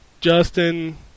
Justin